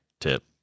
tip